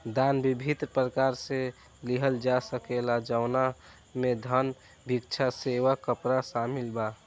दान विभिन्न प्रकार से लिहल जा सकेला जवना में धन, भिक्षा, सेवा, कपड़ा शामिल बा